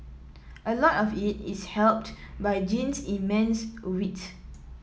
a lot of it is helped by Jean's immense wit